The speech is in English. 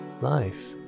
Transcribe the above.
life